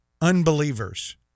unbelievers